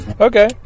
Okay